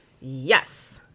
Yes